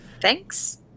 Thanks